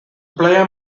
player